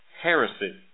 heresy